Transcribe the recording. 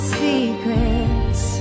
secrets